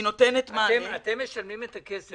היא נותנת מענה --- אתם משלמים את הכסף